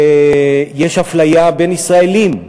יש אפליה בין ישראלים.